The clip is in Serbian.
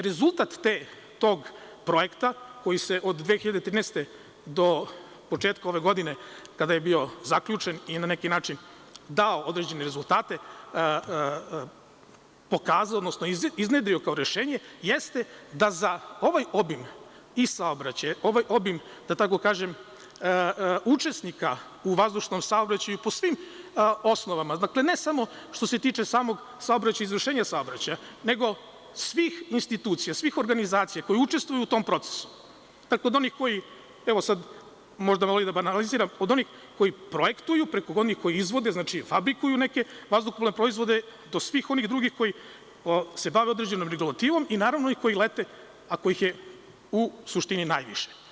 Rezultat tog projekta koji se od 2013. godine do početka ove godine, kada je bio zaključen i na neki način dao određene rezultate, pokazao, odnosno iznedrio kao rešenje, jeste da za ovaj obim i saobraćaja, ovaj obim da tako kažem, učesnika u vazdušnom saobraćaju po svim osnovama, nesamo što se tiče samog saobraćaja, izvršenja saobraćaja, nego svih institucija, svih organizacija koje učestvuju u tom procesu, tako da oni koji, evo sad, možda malo i da banaliziram, od onih koji projektuju do onih koji izvode, znači fabrikuju neke vazduhoplovne proizvode, do svih onih drugih koji se bave određenom regulativom i naravno onih koji lete, a kojih je u suštini najviše.